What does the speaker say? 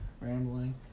rambling